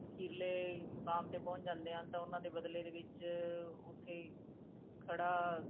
ਅਖੀਰਲੇ ਮੁਕਾਮ 'ਤੇ ਪਹੁੰਚ ਜਾਂਦੇ ਹਨ ਤਾਂ ਉਹਨਾਂ ਦੇ ਬਦਲੇ ਦੇ ਵਿੱਚ ਉੱਥੇ ਖੜ੍ਹਾ